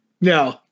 No